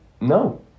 no